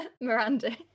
Miranda